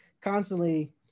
constantly